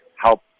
help